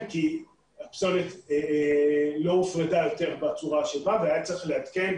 כי הפסולת לא הופרדה יותר והיה צריך לעדכן